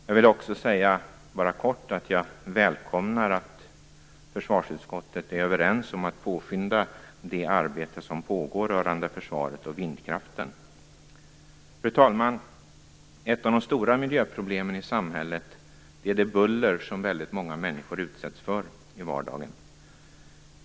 Jag välkomnar att man i försvarsutskottet är överens om att påskynda det arbete som pågår rörande försvaret och vindkraften. Fru talman! Ett av de stora miljöproblemen i samhället är det buller som många människor utsätts för i vardagen.